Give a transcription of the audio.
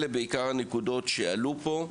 אלה הן, בעיקר, הנקודות שעלו פה.